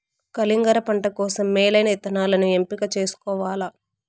కలింగర పంట కోసం మేలైన ఇత్తనాలను ఎంపిక చేసుకోవల్ల